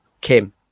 Kim